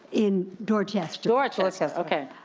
in dorchester. dorchester, okay.